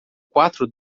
quatro